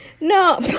No